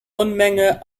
unmenge